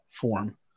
form